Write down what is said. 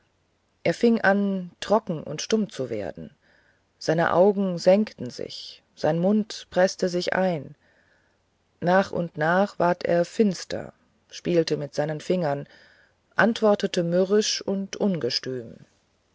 er fing an trocken und stumm zu werden seine augen senkten sich sein mund preßte sich ein nach und nach ward er finster spielte mit seinen fingern antwortete mürrisch und ungestüm